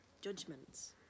judgments